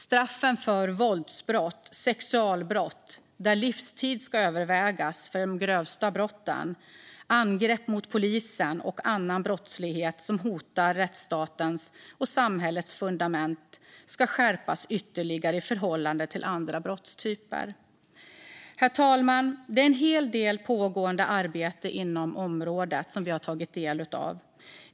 Straffen för våldsbrott och sexualbrott - där livstid ska övervägas för de grövsta brotten - och straffen för angrepp mot polisen och annan brottslighet som hotar rättsstatens och samhällets fundament ska skärpas ytterligare i förhållande till andra brottstyper. Herr talman! Det finns en hel del pågående arbete inom området, som vi har tagit del av.